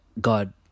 God